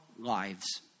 lives